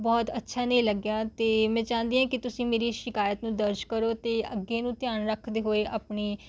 ਬਹੁਤ ਅੱਛਾ ਨਹੀਂ ਲੱਗਿਆ ਅਤੇ ਮੈਂ ਚਾਹੁੰਦੀ ਹਾਂ ਕਿ ਤੁਸੀਂ ਮੇਰੀ ਸ਼ਿਕਾਇਤ ਨੂੰ ਦਰਜ ਕਰੋ ਅਤੇ ਅੱਗੇ ਨੂੰ ਧਿਆਨ ਰੱਖਦੇ ਹੋਏ ਆਪਣੀ